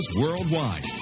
worldwide